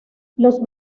los